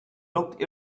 looked